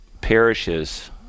parishes